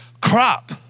crop